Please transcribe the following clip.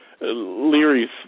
Leary's